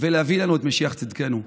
ולהביא לנו את משיח צדקנו.